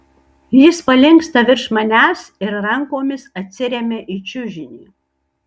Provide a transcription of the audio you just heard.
jis palinksta virš manęs ir rankomis atsiremia į čiužinį